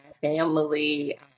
family